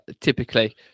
typically